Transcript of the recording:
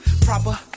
proper